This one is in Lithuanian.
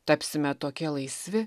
tapsime tokie laisvi